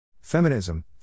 Feminism